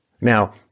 Now